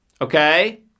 Okay